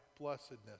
blessedness